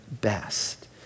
best